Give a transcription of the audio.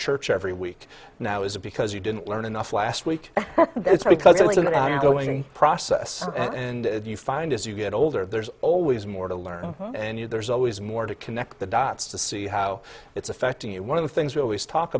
church every week now is it because you didn't learn enough last week it's because i'm going process and you find as you get older there's always more to learn and you there's always more to connect the dots to see how it's affecting you one of the things we always talk